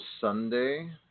Sunday